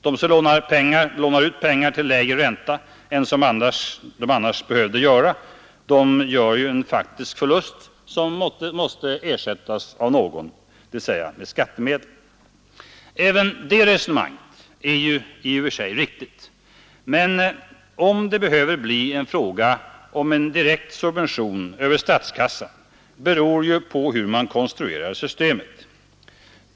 De som lånar ut pengar till lägre ränta än de annars behövde göra får ju en faktisk förlust, som måste ersättas av någon, dvs. med skattemedel. Även det resonemanget är i och för sig riktigt, men om det behöver bli fråga om en direkt subvention över statskassan beror på hur man konstruerar systemet.